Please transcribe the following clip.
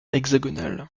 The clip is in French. hexagonal